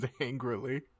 angrily